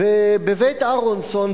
וב"בית אהרונסון",